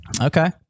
Okay